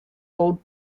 old